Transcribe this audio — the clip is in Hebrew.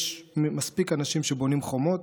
יש מספיק אנשים שבונים חומות,